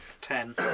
ten